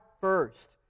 first